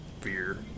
beer